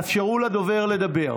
בבקשה תאפשרו לדובר לדבר.